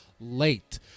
late